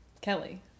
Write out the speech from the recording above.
Kelly